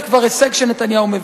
זה כבר הישג שנתניהו מביא.